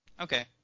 Okay